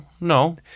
No